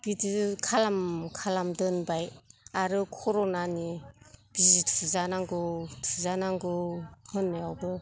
बिदि खालाम खालाम दोनबाय आरो कर'नानि बिजि थुजानांगौ थुजानांगौ होन्नायावबो